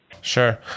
Sure